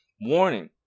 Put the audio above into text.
Warning